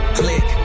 click